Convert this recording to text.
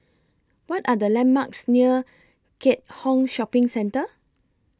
What Are The landmarks near Keat Hong Shopping Centre